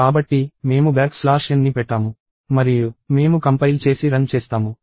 కాబట్టి మేము back slash n ని పెట్టాము మరియు మేము కంపైల్ చేసి రన్ చేస్తాము